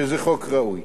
שזה חוק ראוי.